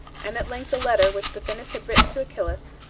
and at length a letter, which pothinus had written to achillas,